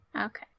Okay